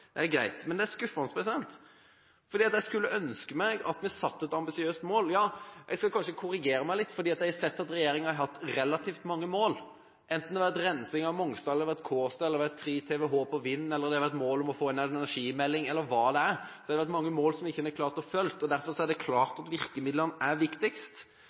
Det er greit, men det er skuffende, for jeg skulle ønske at vi satte et ambisiøst mål. Jeg skal kanskje korrigere meg litt fordi jeg har sett at regjeringen har hatt relativt mange mål, enten det har vært om rensing av Mongstad, om Kårstad, om 3 TWh vindkraft, om å få en energimelding, eller hva det måtte være. Det har vært mange mål en ikke har klart å oppfylle, og derfor er det klart at virkemidlene er viktigst.